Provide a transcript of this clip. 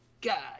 god